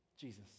Jesus